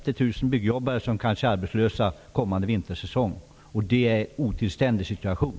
Under kommande vintersäsong kommer kanske 45 000--50 000 byggarbetare att vara arbetslösa, och det är en otillständig situation.